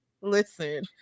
Listen